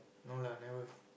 no lah never